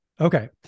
Okay